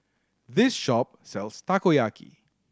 this shop sells Takoyaki